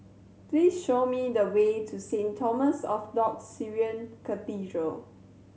please show me the way to Saint Thomas Orthodox Syrian Cathedral